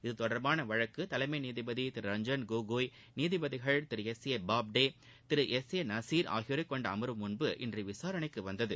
இத்தொடர்பான வழக்கு தலைமை நீதிபதி திரு ரஞ்சன் கோகோய் நீதிபதிகள் Thiru S A Bobde Thiru S A Nazeer ஆகியோரை கொண்ட அமர்வு முன்பு இன்று விசாரணைக்கு வந்தது